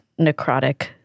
necrotic